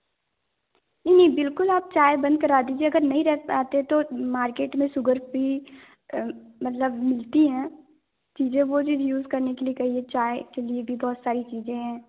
नहीं नहीं बिल्कुल आप चाय बंद करा दीजिए अगर नहीं रह पाते तो मार्केट में शुगर फ़्री मतलब मिलती हैं चीज़ें वो चीज़ यूज़ करने के लिए कहिए चाय के लिए भी बहुत सारी चीज़ें हैं